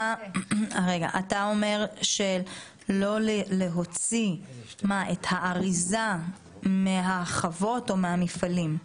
אתה אומר להוציא את האריזה מהחוות או מהמפעלים?